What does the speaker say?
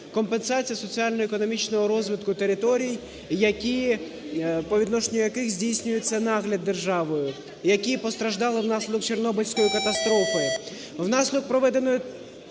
компенсація соціально-економічного розвитку територій, по відношенню яких здійснюється нагляд державою і які постраждали внаслідок Чорнобильської катастрофи. Внаслідок проведеною